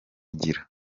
igira